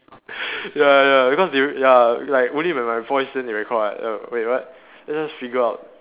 ya ya because they ya like only when my voice then they record [what] err wait what let's just figure out